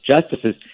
justices